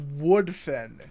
Woodfin